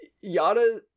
yada